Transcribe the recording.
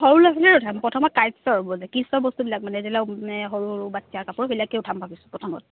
সৰু ল'ৰা ছোৱালীৰ কথা প্ৰথমে কাইটচৰ হ'ব বোলে কি কিড্ছ বস্তুবিলাক মানে ধৰি লওক মানে সৰু বাচ্ছা কাপোৰবিলাকে উঠামে ভাবিছোঁ প্ৰথমত